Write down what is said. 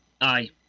Aye